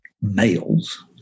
males